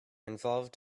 involved